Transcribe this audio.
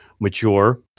mature